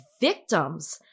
victims